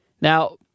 Now